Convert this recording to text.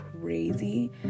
crazy